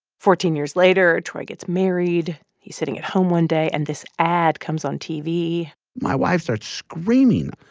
fourteen years later, troy gets married. he's sitting at home one day, and this ad comes on tv my wife starts screaming.